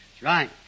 right